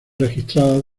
registradas